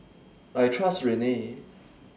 I Trust Rene